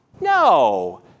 No